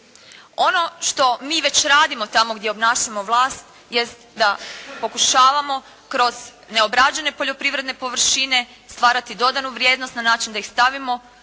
Ono što mi već radimo tamo gdje obnašamo vlast jest da pokušavamo kroz neobrađene poljoprivredne površine stvarati dodanu vrijednost na način da ih stavimo u